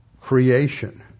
creation